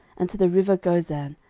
and to the river gozan,